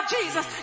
Jesus